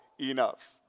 enough